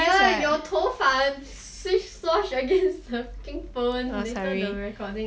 !ee! your 头发 swish swoosh against the freaking phone later the recording